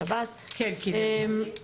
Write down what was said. שירות בתי הסוהר.